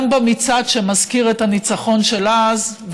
גם במצעד שמזכיר את הניצחון של אז,